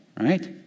Right